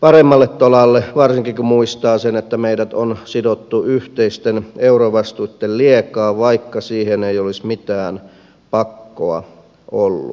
paremmalle tolalle varsinkin kun muistaa sen että meidät on sidottu yhteisten eurovastuitten liekaan vaikka siihen ei olisi mitään pakkoa ollut